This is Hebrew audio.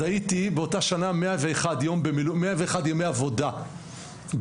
אז הייתי בשנה אחת יותר מ-101 ימי עבודה במילואים.